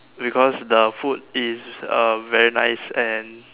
because the food is uh very nice and